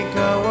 go